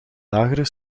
lagere